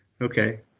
Okay